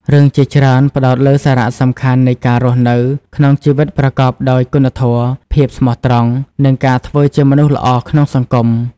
រឿងជាច្រើនផ្ដោតលើសារៈសំខាន់នៃការរស់នៅក្នុងជីវិតប្រកបដោយគុណធម៌ ភាពស្មោះត្រង់ និងការធ្វើជាមនុស្សល្អក្នុងសង្គម។